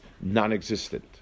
non-existent